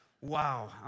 Wow